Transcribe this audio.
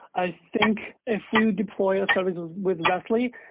i think if we would deploy a service with rest li,